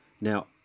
Now